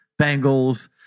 Bengals